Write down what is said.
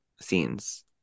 scenes